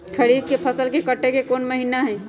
खरीफ के फसल के कटे के कोंन महिना हई?